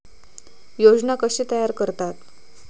योजना कशे तयार करतात?